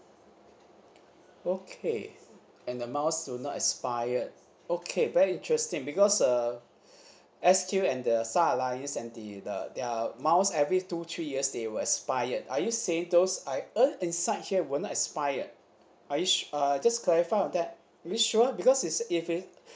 okay and the miles will not expired okay very interesting because uh S_Q and the star alliance and the the their miles every two three years they will expired are you saying those I earn inside here will not expired are you su~ uh just clarify on that are you sure because it's if it